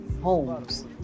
homes